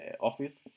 office